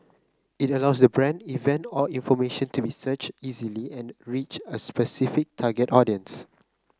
it allows the brand event or information to be searched easily and reach a specific target audience